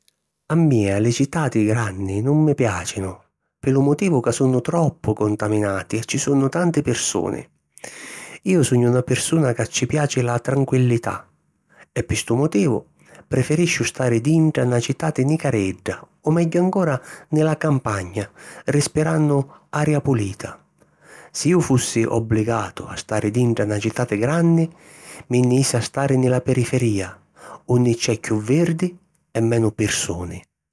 A mia li citati granni nun mi piàcinu pi lu motivu ca sunnu troppu contaminati e ci sunnu tanti pirsuni. Iu sugnu na pirsuna ca ci piaci la tranquillità e pi stu motivu preferisciu stari dintra na citati nicaredda o megghiu ancora nni la campagna rispirannu aria pulita. Si iu fussi obbligatu a stari dintra na citati granni, mi nni jissi a stari nni la periferìa unni c’è chiù virdi e menu pirsuni.